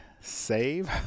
save